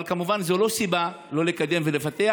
אבל, כמובן, זו לא סיבה לא לקדם ולפתח.